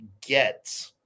get –